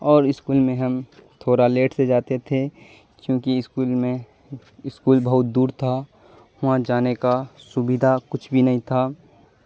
اور اسکول میں ہم تھوڑا لیٹ سے جاتے تھے کیونکہ اسکول میں اسکول بہت دور تھا وہاں جانے کا سودیدھا کچھ بھی نہیں تھا